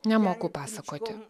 nemoku pasakoti